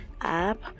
app